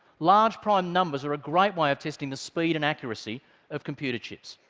large prime numbers are a great way of testing the speed and accuracy of computer chips.